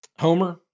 Homer